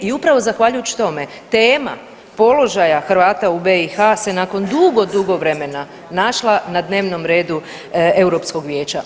I upravo zahvaljujući tome tema položaja Hrvata u BiH se nakon dugo, dugo vremena našla na dnevnom redu Europskog vijeća.